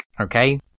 okay